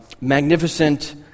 magnificent